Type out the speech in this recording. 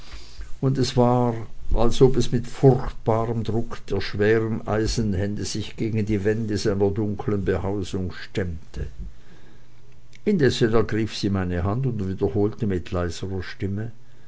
und es war als ob es mit furchtbarem druck der schweren eisenhände sich gegen die wände seiner dunklen behausung stemmte indessen ergriff sie meine hand und wiederholte mit leiserer stimme